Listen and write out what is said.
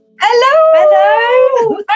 Hello